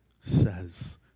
says